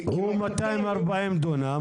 דורית זיס,